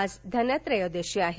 आज धनत्रयोदशी आहे